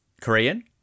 Korean